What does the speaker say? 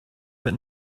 but